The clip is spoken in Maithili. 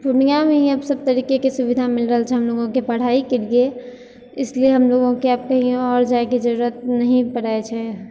पूर्णियामे ही आब सब तरीकेके सुविधा मिल रहल छै हमलोगोके पढ़ाइके लिए इसलिए हमलोगोके आब कही आओर जाइके जरूरत नहि पड़ै छै